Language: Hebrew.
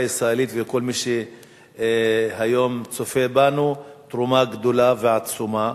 הישראלית ולכל מי שהיום צופה בנו תרומה גדולה ועצומה,